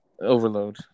Overload